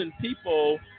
people